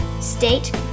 state